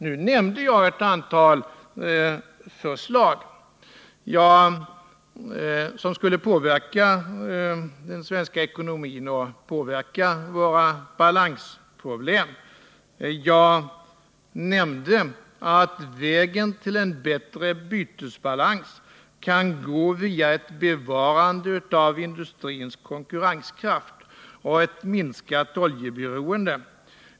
Nu nämnde jag ett antal förslag som skulle påverka den svenska ekonomin och påverka våra balansproblem. Jag nämnde att vägen till en bättre bytesbalans kan gå via ett bevarande av industrins konkurrenskraft och ett minskat oljeberoende.